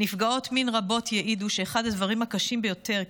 נפגעות מין רבות יעידו שאחד הדברים הקשים ביותר,